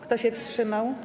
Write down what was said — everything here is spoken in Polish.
Kto się wstrzymał?